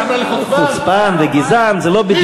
גברתי.